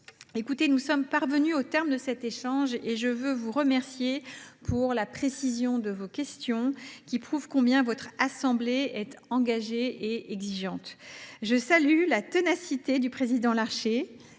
que nous sommes parvenus au terme de ce débat, je tiens à vous remercier pour la précision de vos questions, qui prouvent combien votre assemblée est engagée et exigeante sur ce sujet. Je salue la ténacité du président Larcher